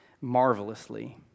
marvelously